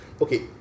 Okay